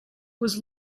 was